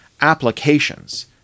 applications